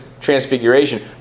Transfiguration